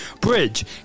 Bridge